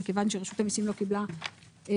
מכיוון שרשות המיסים לא קיבלה החלטה,